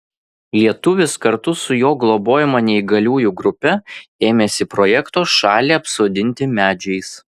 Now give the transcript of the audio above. lietuvis kartu su jo globojama neįgaliųjų grupe ėmėsi projekto šalį apsodinti medžiais